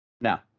Now